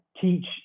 teach